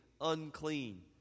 unclean